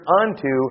unto